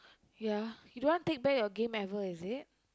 ya you don't want back your game ever is it